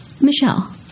Michelle